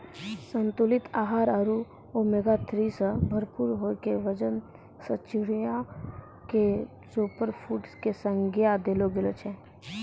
संतुलित आहार आरो ओमेगा थ्री सॅ भरपूर होय के वजह सॅ चिया क सूपरफुड के संज्ञा देलो गेलो छै